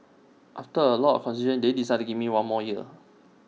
after A lot of consideration they decided to give me one more year